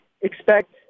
expect